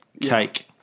Cake